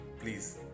please